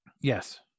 Yes